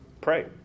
Pray